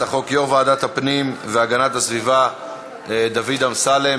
החוק יושב-ראש ועדת הפנים והגנת הסביבה דוד אמסלם,